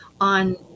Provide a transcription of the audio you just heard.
on